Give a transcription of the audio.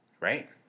right